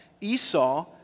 Esau